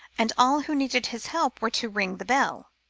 and all who needed his help were to ring the bell.